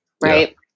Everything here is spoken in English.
right